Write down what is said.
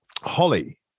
Holly